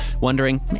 wondering